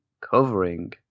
covering